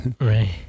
Right